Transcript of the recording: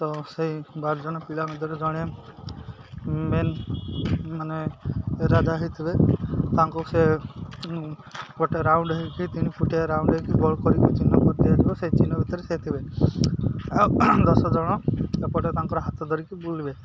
ତ ସେଇ ବାର ଜଣ ପିଲା ଭିତରେ ଜଣେ ମେନ୍ ମାନେ ରାଜା ହେଇଥିବେ ତାଙ୍କୁ ସେ ଗୋଟେ ରାଉଣ୍ଡ ହେଇକି ତିନି ଫୁଟିଆ ରାଉଣ୍ଡ ହେଇକି ଗୋଲ କରିକି ଚିହ୍ନ କରିଦିଆଯାଇଥିବ ସେଇ ଚିହ୍ନ ଭିତରେ ସେ ଥିବେ ଦଶ ଜଣ ଏପଟେ ତାଙ୍କର ହାତ ଧରିକି ବୁଲିବେ